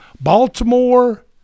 Baltimore